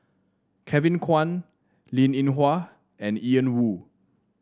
Kevin Kwan Linn In Hua and Ian Woo